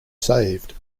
saved